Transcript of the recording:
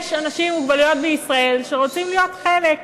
יש בישראל אנשים עם מוגבלות שרוצים להיות חלק,